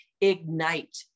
ignite